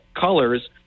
colors